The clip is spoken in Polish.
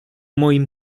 moim